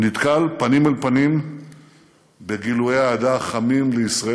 הוא נתקל פנים אל פנים בגילויי אהדה לישראל,